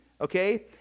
Okay